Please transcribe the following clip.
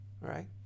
right